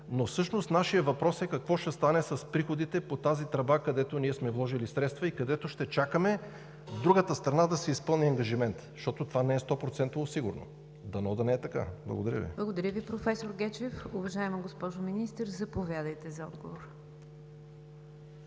но всъщност нашият въпрос е: какво ще стане с приходите по тази тръба, където ние сме вложили средства и където ще чакаме другата страна да си изпълни ангажимента, защото това не е 100% сигурно? Дано да не е така! Благодаря Ви. ПРЕДСЕДАТЕЛ НИГЯР ДЖАФЕР: Благодаря Ви, професор Гечев. Уважаема госпожо Министър, заповядайте за отговор.